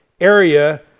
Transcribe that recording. area